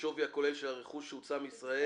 את השווי הכולל של הרכוש שהוצא מישראל,